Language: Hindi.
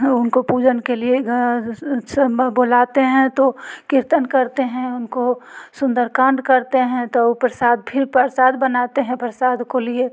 उनको पूजन के लिए घर से बुलाते हैं तो कीर्तन करते हैं उनको सुंदरकांड करते हैं तो प्रसाद फिर प्रसाद बनाते हैं प्रसाद के लिए